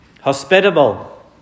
Hospitable